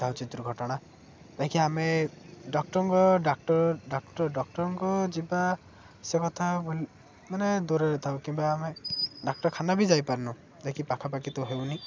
ଯାଇକି ଆମେ ଡକ୍ଟରଙ୍କ ଡାକ୍ଟର ଡାକ୍ଟର ଡକ୍ଟରଙ୍କ ଯିବା ସେ କଥା ବୋଲି ମାନେ ଦୂରରେ ଥାଉ କିମ୍ବା ଆମେ ଡାକ୍ତରଖାନା ବି ଯାଇପାରୁନୁ ଯାଇକି ପାଖାପାଖି ତ ହେଉନି